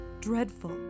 dreadful